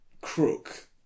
crook